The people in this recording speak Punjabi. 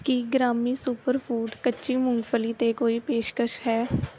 ਕੀ ਗ੍ਰਾਮੀ ਸੁਪਰਫੂਡ ਕੱਚੀ ਮੂੰਗਫਲੀ 'ਤੇ ਕੋਈ ਪੇਸ਼ਕਸ਼ ਹੈ